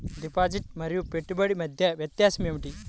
Deposit మరియు పెట్టుబడి మధ్య వ్యత్యాసం ఏమిటీ?